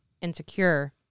insecure